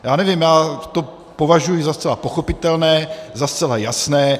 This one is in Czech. Já nevím, já to považuji za zcela pochopitelné, za zcela jasné.